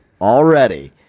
Already